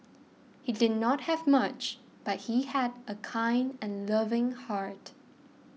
he did not have much but he had a kind and loving heart